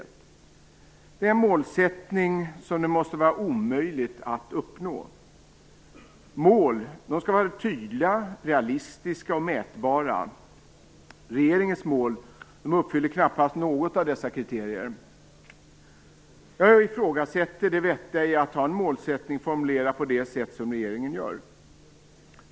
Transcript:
Det är en målsättning som det måste vara omöjligt att uppnå. Mål skall vara tydliga, realistiska och mätbara. Regeringens mål uppfyller knappast något av dessa kriterier. Jag ifrågasätter det vettiga i att ha en målsättning formulerad på det sätt som regeringen har.